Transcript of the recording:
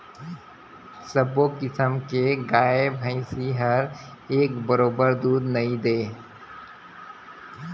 सबो किसम के गाय भइसी हर एके बरोबर दूद नइ दे